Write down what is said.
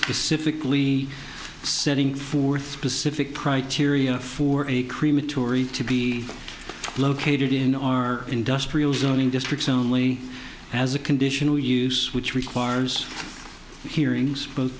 specifically setting forth specific criteria for a crematory to be located in our industrial zone in districts only as a conditional use which requires hearings b